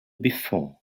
before